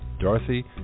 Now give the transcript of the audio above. Dorothy